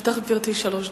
לרשותך, גברתי, שלוש דקות.